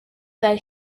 that